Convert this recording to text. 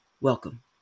welcome